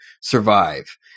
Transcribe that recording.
survive